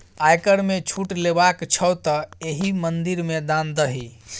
आयकर मे छूट लेबाक छौ तँ एहि मंदिर मे दान दही